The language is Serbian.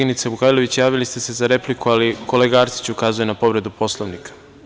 Koleginice Vukajlović, javili ste se za repliku, ali kolega Arsić ukazuje na povredu Poslovnika.